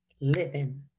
living